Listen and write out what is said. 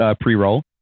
pre-roll